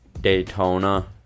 Daytona